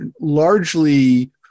largely